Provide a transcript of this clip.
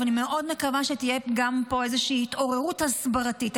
אני מאוד מקווה שתהיה גם פה איזושהי התעוררות הסברתית.